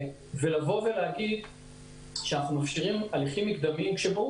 להגיד שאנחנו מאפשרים הליכים מקדמיים כשברור